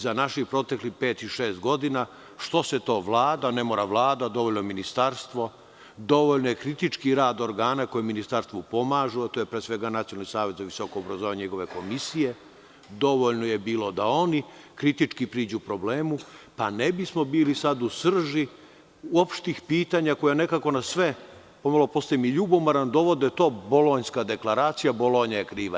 Za naših proteklih pet-šest godina što se to Vlada, ne mora Vlada dovoljno ministarstvo dovoljan je kritički rad organa koje ministarstvu pomažu, a to je pre svega Nacionalni savet za visoko obrazovanje i njegove komisije, dovoljno je bilo da oni kritički priđu problemu, pa ne bismo bili sad u srži uopštih pitanja koje nekako na sve, pomalo postajem i ljubomoran dovode to Bolonjska dekleracija, Bolonja je kriva.